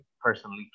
personally